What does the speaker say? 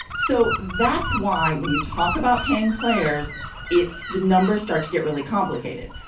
so that's why when you talk about paying players it's the numbers start to get really complicated.